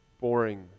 boring